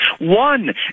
one